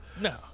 No